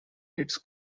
its